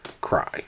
cry